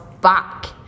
back